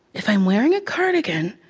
if i'm wearing a cardigan,